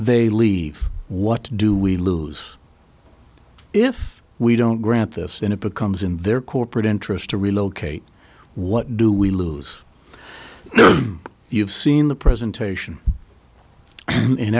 they leave what do we lose if we don't grant this and it becomes in their corporate interest to relocate what do we lose you've seen the presentation in